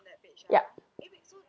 yup